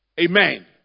Amen